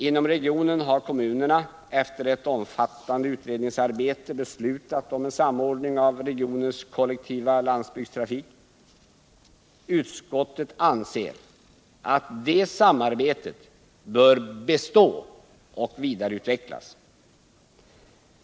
Inom regionen har kommunerna efter ett omfattande utredningsarbete beslutat om en samordning av regionens kollektiva landsbygdstrafik. Utskottet anser att det samarbetet bör bestå och vidareutvecklas.